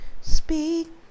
Speak